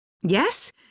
Yes